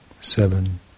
seven